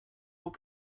what